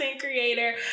creator